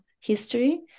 history